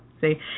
See